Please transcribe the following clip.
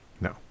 No